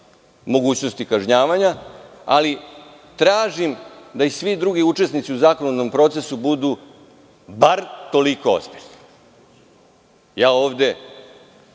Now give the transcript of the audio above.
mogućnosti kažnjavanja, ali tražim da i svi drugi učesnici u zakonodavnom procesu budu bar toliko ozbiljni. Ja ovde